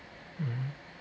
mmhmm